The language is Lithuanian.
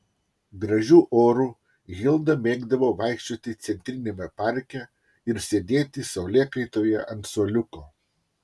gražiu oru hilda mėgdavo vaikščioti centriniame parke ir sėdėti saulėkaitoje ant suoliuko